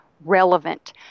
relevant